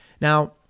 Now